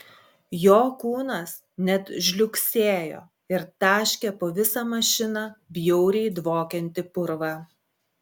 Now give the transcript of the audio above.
jo kūnas net žliugsėjo ir taškė po visą mašiną bjauriai dvokiantį purvą